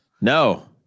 no